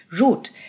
wrote